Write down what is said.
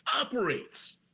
operates